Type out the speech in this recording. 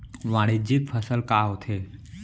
वाणिज्यिक फसल का होथे?